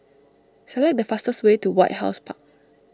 select the fastest way to White House Park